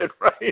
right